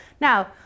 Now